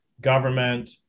government